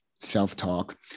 self-talk